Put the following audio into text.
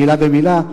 מלה במלה,